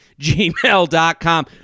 gmail.com